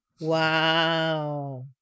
Wow